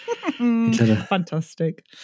Fantastic